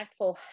impactful